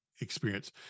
experience